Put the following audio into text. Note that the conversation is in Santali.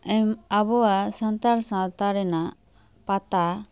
ᱟᱵᱚᱣᱟᱜ ᱥᱟᱱᱛᱟᱲ ᱥᱟᱶᱛᱟ ᱨᱮᱱᱟᱜ ᱯᱟᱛᱟ